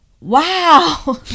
wow